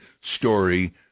story